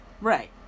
Right